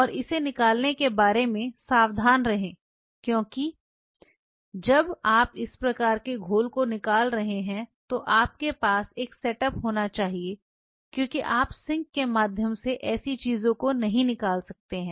और इसे निकालने के बारे में सावधान रहें क्योंकि जब आप इस प्रकार के घोल को निकाल रहे हैं तो आपके पास एक सेटअप होना चाहिए क्योंकि आप सिंक के माध्यम से ऐसी चीजों को नहीं निकाल सकते हैं